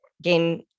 gain